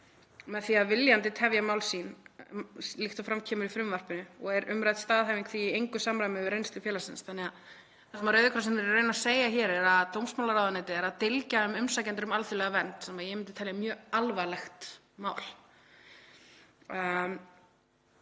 með því að viljandi tefja mál sín, líkt og fram kemur í frumvarpinu, og er umrædd staðhæfing því í engu samræmi við reynslu félagsins.“ Það sem Rauði krossinn er að reyna að segja hér er að dómsmálaráðuneytið er að dylgja um umsækjendur um alþjóðlega vernd, sem ég myndi telja mjög alvarlegt mál,